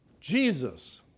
Jesus